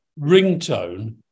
ringtone